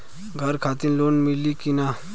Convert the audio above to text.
घर खातिर लोन मिली कि ना?